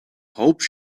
hope